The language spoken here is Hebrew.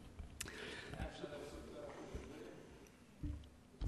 אפשר להוסיף גם את בית הרב